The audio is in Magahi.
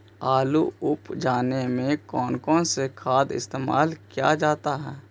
आलू उप जाने में कौन कौन सा खाद इस्तेमाल क्या जाता है?